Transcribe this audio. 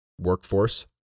workforce